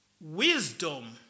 wisdom